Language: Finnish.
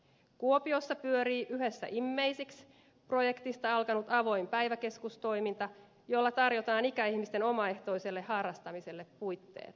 kuopiossa pyörii yhessä immeisiks projektista alkanut avoin päiväkeskustoiminta jolla tarjotaan ikäihmisten omaehtoiselle harrastamiselle puitteet